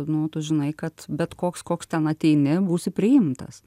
nu tu žinai kad bet koks koks ten ateini būsi priimtas